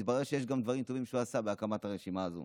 מתברר שיש גם דברים טובים שהוא עשה בהקמת הרשימה הזו.